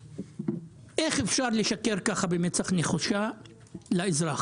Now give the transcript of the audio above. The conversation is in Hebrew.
איך אפשר לשקר ככה במצח נחושה לאזרח?